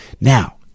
Now